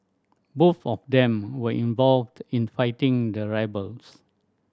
both of them were involved in fighting the rebels